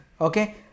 okay